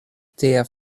tia